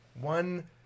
one